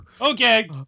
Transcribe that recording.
Okay